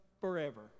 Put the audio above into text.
forever